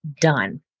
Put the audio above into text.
done